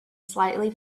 slightly